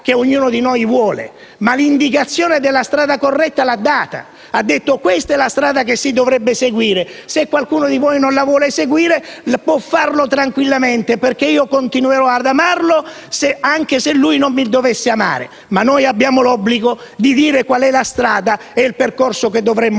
che vogliamo, ma ha dato l'indicazione della strada corretta. Ha detto quella è la strada che si dovrebbe seguire e, se qualcuno non vuole seguirla, può farlo tranquillamente, perché continuerà ad amarlo anche se lui non lo dovesse amare. Ma noi abbiamo l'obbligo di dire qual è la strada e il percorso che dovremmo